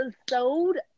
episode